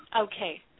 okay